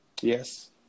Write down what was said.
Yes